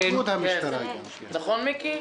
נכון מיקי?